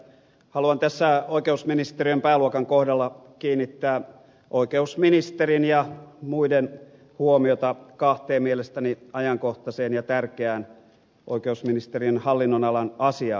haluan tässä oikeusministeriön pääluokan kohdalla kiinnittää oikeusministerin ja muiden huomiota kahteen mielestäni ajankohtaiseen ja tärkeään oikeusministeriön hallinnonalan asiaan